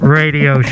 radio